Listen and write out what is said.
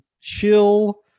chill